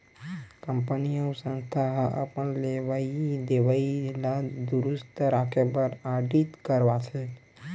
company अउ संस्था ह अपन लेवई देवई ल दुरूस्त राखे बर आडिट करवाथे